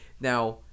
Now